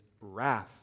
wrath